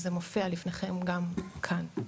זה מופיע לפניכם גם כאן.